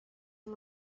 and